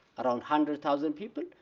around hundred thousand people,